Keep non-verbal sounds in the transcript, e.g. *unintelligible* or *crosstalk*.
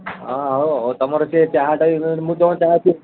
ହଁ ହଉ ଆଉ ଆଉ ତୁମର ସିଏ ଚାହାଟା ବି *unintelligible* ମୁଁ ଜମା ଚାହା ପିଏନି